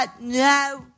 no